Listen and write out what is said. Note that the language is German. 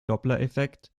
dopplereffekt